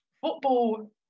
Football